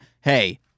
Hey